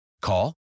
Call